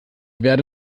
werde